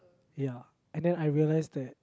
ya and then I realised that